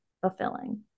fulfilling